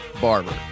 barber